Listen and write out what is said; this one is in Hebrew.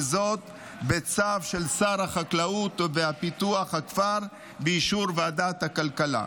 וזאת בצו של שר החקלאות ופיתוח הכפר ובאישור ועדת הכלכלה.